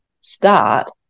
start